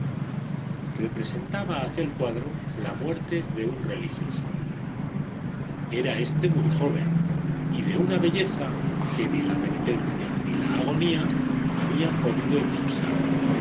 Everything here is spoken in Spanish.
representaba aquel cuadro la muerte de un religioso era éste muy joven y de una belleza que ni la penitencia ni la agonía habían podido eclipsar